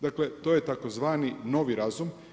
Dakle, to je tzv. novi razum.